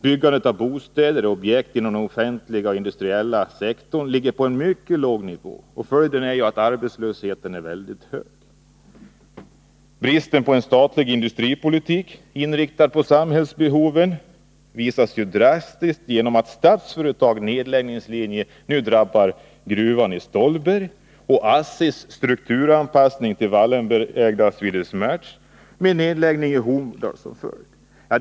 Byggandet av bostäder och objekt inom den offentliga och industriella sektorn ligger på en mycket låg nivå. Följden är ju att arbetslösheten blir väldigt hög. Bristen på en statlig industripolitik, inriktad på samhällsbehoven, visas drastiskt genom Statsföretags nedläggningslinje i Stollbergsgruvan och ASSI:s strukturanpassning till Wallenbergsägda Swedish Match, med nedläggning som följd.